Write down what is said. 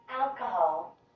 Alcohol